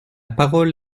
parole